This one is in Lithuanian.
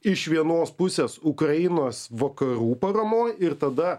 iš vienos pusės ukrainos vakarų paramoj ir tada